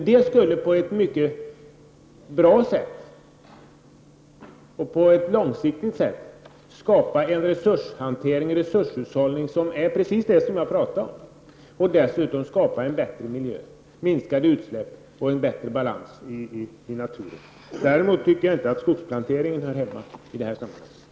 Det skulle på ett mycket bra och långsiktigt sätt skapa just en sådan resurshantering och resurshushållning som jag pratade om och dessutom skapa en bättre miljö, minskade utsläpp och bättre balans i naturen. Frågan om skogsplantering hör alltså inte hemma i detta sammanhang.